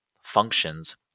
functions